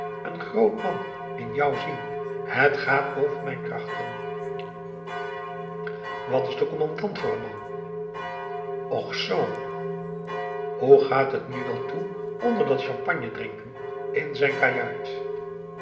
een groot man in jou zien het gaat boven mijn krachten wat is de commandant voor n man och zoo hoe gaat het nu wel toe onder dat champagne drinken in zijn kajuit